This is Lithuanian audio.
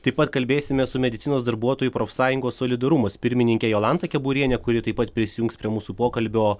taip pat kalbėsime su medicinos darbuotojų profsąjungos solidarumas pirmininke jolanta keburiene kuri taip pat prisijungs prie mūsų pokalbio